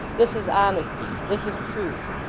this is honesty, this is truth.